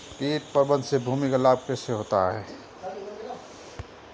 कीट प्रबंधन से भूमि को लाभ कैसे होता है?